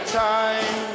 time